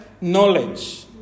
knowledge